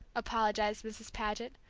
apologized mrs. paget,